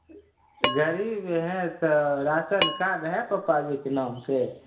गरीब है तऽ राशन कार्ड है पप्पा जीके नाम से